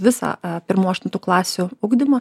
visą pirmų aštuntų klasių ugdymą